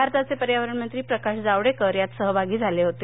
भारताचे पर्यावरणमंत्री प्रकाशजा वडेकर यात सहभागी झाले होते